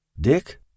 Dick